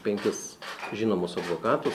penkis žinomus advokatus